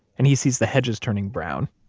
and he sees the hedges turning brown.